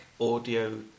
audio